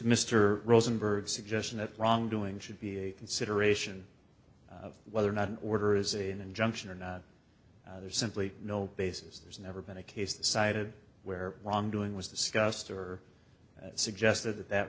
mr rosenberg suggestion of wrongdoing should be a consideration of whether or not an order is a an injunction or not there's simply no basis there's never been a case decided where wrongdoing was discussed or suggested that that